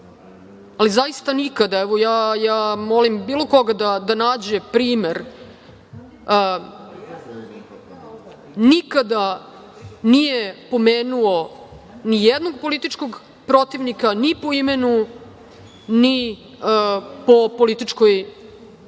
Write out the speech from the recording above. ali zaista nikada, evo ja moli bilo koga da nađe primer, nikada nije pomenuo ni jednog političkog protivnika ni po imenu, ni po političkoj